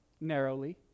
narrowly